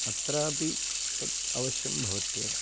अत्रापि तत् अवश्यं भवत्येव